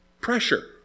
Pressure